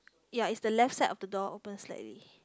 ya it's the left side of the door open slightly